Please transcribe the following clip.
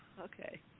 Okay